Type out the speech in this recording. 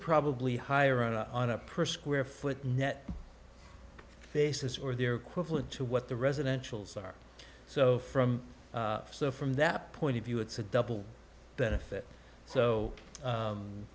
probably higher on a on a per square foot net basis or their equivalent to what the residential czar so from so from that point of view it's a double benefit so